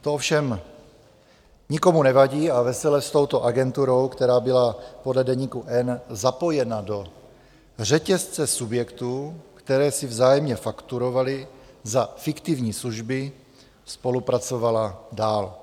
To ovšem nikomu nevadí a vesele s touto agenturou, která byla podle Deníku N zapojena do řetězce subjektů, které si vzájemně fakturovaly za fiktivní služby, spolupracovala dál.